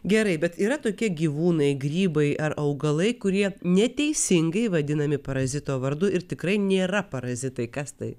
gerai bet yra tokie gyvūnai grybai ar augalai kurie neteisingai vadinami parazito vardu ir tikrai nėra parazitai kas tai